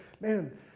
man